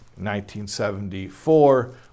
1974